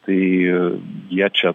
tai jie čia